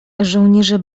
żołnierze